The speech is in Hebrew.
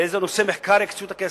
לאיזה נושא מחקר יקצו את הכסף.